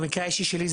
במקרה האישי שלי,